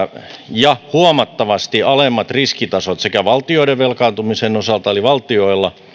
ja huomattavasti alemmat riskitasot sekä valtioiden velkaantumisen osalta